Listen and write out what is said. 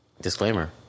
Disclaimer